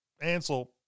Ansel